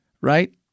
right